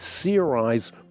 CRI's